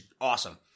awesome